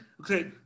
Okay